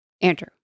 Andrew